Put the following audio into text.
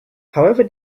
however